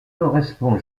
correspond